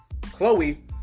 Chloe